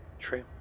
True